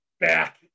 back